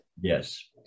Yes